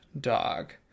dog